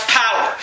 power